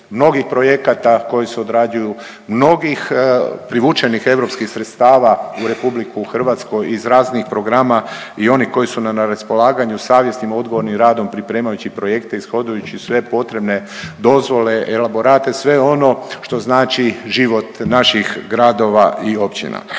mnogih projekata koji se odrađuju, mnogih privučenih europskih sredstava u RH iz raznih program i oni koji su na raspolaganju savjesnim odgovornim radom pripremajući projekte ishodujući sve potrebne dozvole, elaborate sve ono što znači život naših gradova i općina.